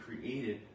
created